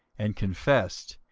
and confessed,